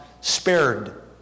spared